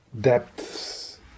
depths